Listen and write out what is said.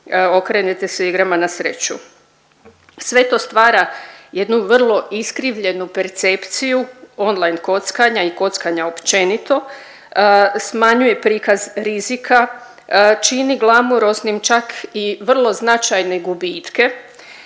okrenete se igrama na sreću. Sve to stvara jednu vrlo iskrivljenu percepciju online kockanja i kockanja općenito, smanjuje prikaz rizika, čini glamuroznim čak i vrlo značajne gubitke